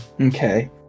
okay